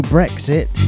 Brexit